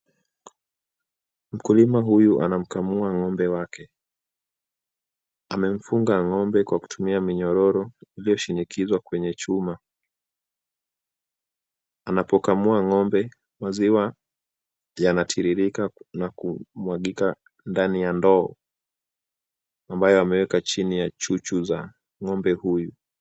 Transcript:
Mkulima huyu anamkamua ng’ombe wake. Amemfunga ng’ombe kwa kutumia minyororo iliyoshinikizwa kwenye chuma. Anapokamua ng’ombe, maziwa yanatiririka na kumwagika ndani ya ndoo ambayo ameweka chini ya chuchu za ng’ombe huyu.